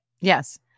Yes